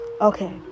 Okay